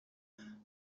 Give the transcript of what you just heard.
elles